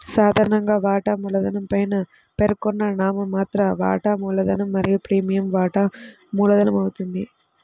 సాధారణంగా, వాటా మూలధనం పైన పేర్కొన్న నామమాత్ర వాటా మూలధనం మరియు ప్రీమియం వాటా మూలధనమవుతుంది